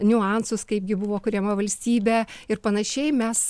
niuansus kaipgi buvo kuriama valstybė ir panašiai mes